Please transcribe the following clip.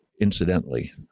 Incidentally